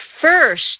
first